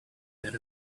that